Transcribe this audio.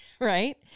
right